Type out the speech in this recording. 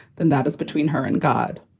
then that is between her and god.